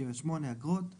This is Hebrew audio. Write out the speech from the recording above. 58.אגרות השר,